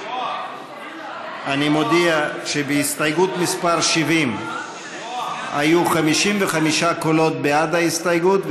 הסתייגות מס' 72. מי בעד ההסתייגות?